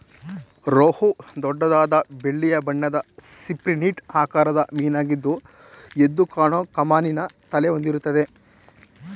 ರೋಹು ದೊಡ್ಡದಾದ ಬೆಳ್ಳಿಯ ಬಣ್ಣದ ಸಿಪ್ರಿನಿಡ್ ಆಕಾರದ ಮೀನಾಗಿದ್ದು ಎದ್ದುಕಾಣೋ ಕಮಾನಿನ ತಲೆ ಹೊಂದಿರುತ್ತೆ